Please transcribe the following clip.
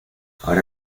ahora